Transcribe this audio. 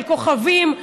של כוכבים,